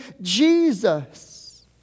Jesus